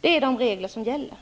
Det är de regler som gäller.